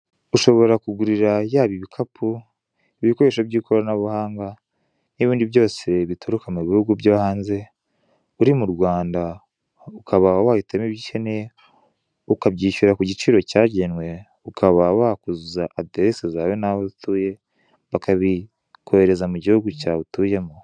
Ushobora kugurira yaba ibikapu, ibikoresho by'ikoranabuhanga n'ibindi byose bituruka mu bihugu byo hanze, uri mu Rwanda ukaba wahitamo ibyo ukeneye, ukabyishyura ku giciro cyagenwe, ukaba wakuzuza aderese zawe n'aho utuye, bakabikohereza mu gihugu cyawe utuyemo.